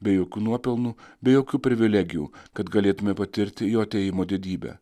be jokių nuopelnų be jokių privilegijų kad galėtume patirti jo atėjimo didybę